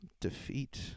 defeat